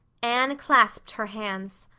anne clasped her hands.